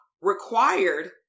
required